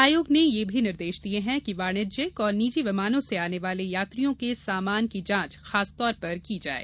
आयोग ने यह निर्देश भी दिये है कि वाणिज्यिक और निजी विमानों से आने वाले यात्रियों के समान की जांच खासतौर पर की जाये